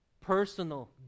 personal